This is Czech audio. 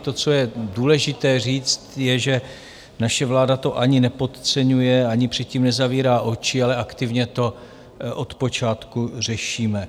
To, co je důležité říct, je, že naše vláda to ani nepodceňuje, ani před tím nezavírá oči, ale aktivně to od počátku řešíme.